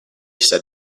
said